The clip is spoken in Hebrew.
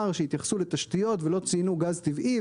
שהתייחסו לתשתיות ולא ציינו גז טבעי.